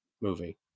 movie